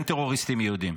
אין טרוריסטים יהודים.